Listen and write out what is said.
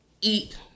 eat